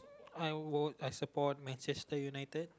I would I support Manchester-United